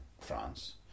France